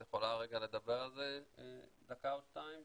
את יכולה לדבר על זה דקה או שתיים,